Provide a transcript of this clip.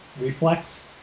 Reflex